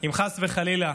אם חס וחלילה